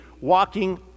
walking